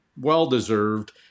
Well-deserved